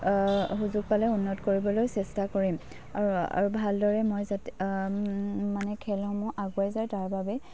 সুযোগ পালে উন্নত কৰিবলৈ চেষ্টা কৰিম আৰু আৰু ভালদৰে মই যাতে মানে খেলসমূহ আগুৱাই যায় তাৰবাবে